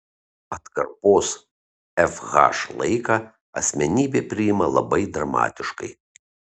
atkarpos fh laiką asmenybė priima labai dramatiškai